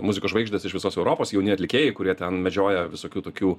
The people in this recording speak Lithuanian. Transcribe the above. muzikos žvaigždės iš visos europos jauni atlikėjai kurie ten medžioja visokių tokių